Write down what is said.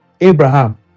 Abraham